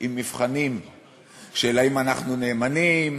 עם מבחנים של האם אנחנו נאמנים,